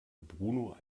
bruno